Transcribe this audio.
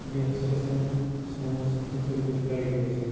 تہٕ بیٚیہِ ہسا چھِ یَژھان یِم سوٗن یُس یہِ فیوٗچَر یہِ گَژھہِ برٛایٹ گَژھُن